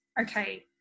okay